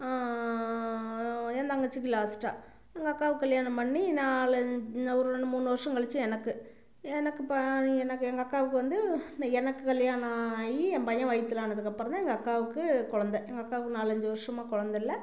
என் தங்கச்சிக்கு லாஸ்டாக எங்கள் அக்காவுக்கு கல்யாணம் பண்ணி நாலன் ஒரு ரெண்டு மூணு வருடம் கழித்து எனக்கு எனக்கு ப எனக்கு எங்கள் அக்காவுக்கு வந்து எனக்கு கல்யாணம் ஆகி என் பையன் வயிற்றுலானதுக்கப்றந்தான் எங்கள் அக்காவுக்கு குழந்த எங்கள் அக்காவுக்கு நாலஞ்சு வருடமா குழந்த இல்லை